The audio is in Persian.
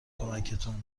کمکتون